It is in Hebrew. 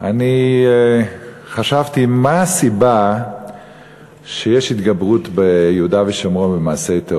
אני חשבתי מה הסיבה שיש התגברות מעשי טרור ביהודה ושומרון.